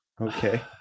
Okay